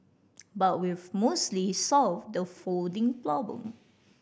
but we've mostly solved the folding problem